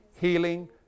healing